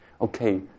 Okay